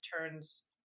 turns